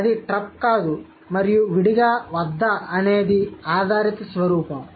అది ట్రప్ కాదు మరియు విడిగా వద్ద అనేది ఆధారిత స్వరూపం